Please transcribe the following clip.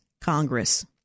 Congress